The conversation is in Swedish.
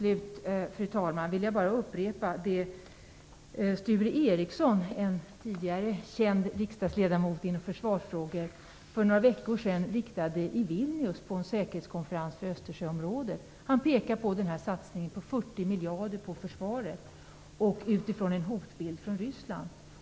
Slutligen vill jag bara upprepa det som Sture Ericsson, en i försvarsfrågor känd tidigare riksdagsledamot, tog upp i Vilnius för några veckor sedan vid en säkerhetskonferens för Östersjöområdet. Han pekade på satsningen på 40 miljarder på försvaret utifrån en hotbild från Ryssland.